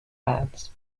bands